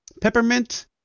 Peppermint